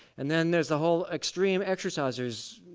and then there's the whole extreme exercisers,